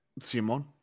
Simon